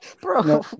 Bro